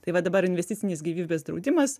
tai va dabar investicinis gyvybės draudimas